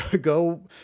go